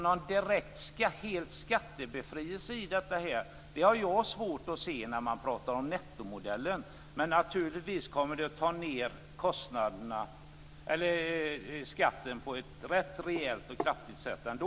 Någon direkt skattebefrielse i detta har jag svårt att se när man pratar om nettomodellen. Men naturligtvis kommer det att ta ned skatten på ett rätt rejält och kraftigt sätt ändå.